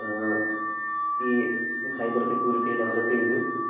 ഈ സൈബർ സെക്യൂരിറ്റിയെ ഡെവലപ്പെയ്ത്